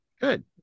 good